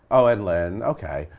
oh and lin, okay.